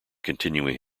continuing